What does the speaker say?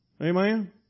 Amen